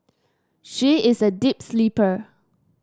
she is a deep sleeper